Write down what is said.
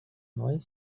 noise